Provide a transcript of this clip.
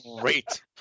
great